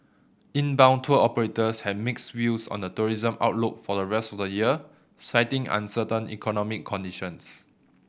inbound tour operators had mixed views on the tourism outlook for the rest of the year citing uncertain economic conditions